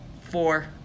four